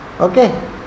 Okay